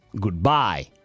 goodbye